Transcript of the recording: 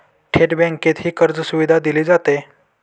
थेट बँकेतही कर्जसुविधा दिली जाते